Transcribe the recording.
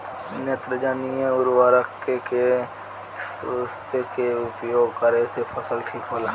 नेत्रजनीय उर्वरक के केय किस्त मे उपयोग करे से फसल ठीक होला?